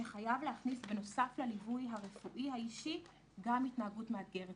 שחייבים להכניס בנוסף לליווי הרפואי האישי גם התנהגות מאתגרת.